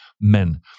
men